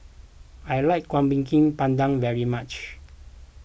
I like Kuih Pandan very much